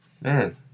man